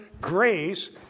grace